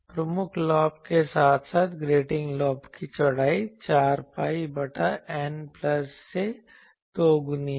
प्रमुख लॉब के साथ साथ ग्रेटिंग लॉब की चौड़ाई 4 pi बटाN प्लस 1 से दोगुनी है